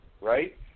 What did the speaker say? right